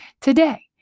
today